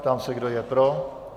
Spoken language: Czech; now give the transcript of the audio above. Ptám se, kdo je pro.